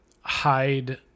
hide